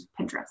Pinterest